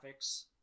graphics